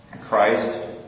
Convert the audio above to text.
Christ